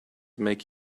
make